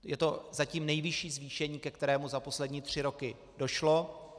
Je to zatím nejvyšší zvýšení, ke kterému za poslední tři roky došlo.